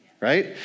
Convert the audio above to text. Right